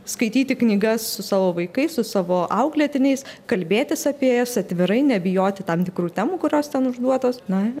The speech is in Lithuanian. skaityti knygas su savo vaikais su savo auklėtiniais kalbėtis apie jas atvirai nebijoti tam tikrų temų kurios ten užduotos na